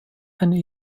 eine